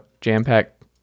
jam-packed